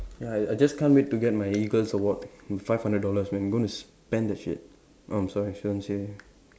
ya I I just can't wait to get my eagles award five hundred dollars man gonna spend that shit um I'm sorry shouldn't say